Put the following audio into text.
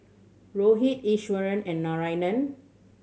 Rohit Iswaran and Narayana